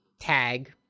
tag